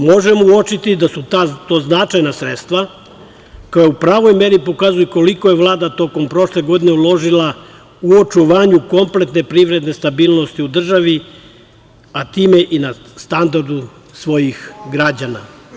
Možemo uočiti da su to značajna sredstva koja u pravoj meri pokazuju koliko je Vlada tokom prošle godine uložila u očuvanje kompletne privredne stabilnosti u državi, a time i na standardu svojih građana.